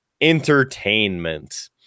entertainment